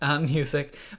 music